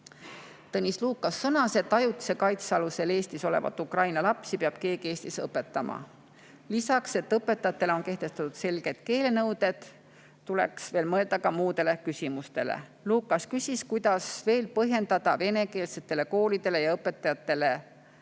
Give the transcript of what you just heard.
Tõnis Lukas sõnas, et ajutise kaitse alusel Eestis olevaid Ukraina lapsi peab keegi Eestis õpetama. Lisaks, õpetajatele on kehtestatud selged keelenõuded ja tuleks veel mõelda ka muudele küsimustele. Lukas küsis veel, kuidas põhjendada venekeelsetele koolidele ja õpetajatele